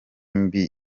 mbi